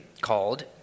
called